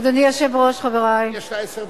אדוני היושב-ראש, חברי, אני משיבה.